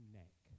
neck